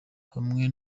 hamwe